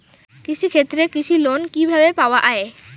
কৃষি ক্ষেত্রে কৃষি লোন কিভাবে পাওয়া য়ায়?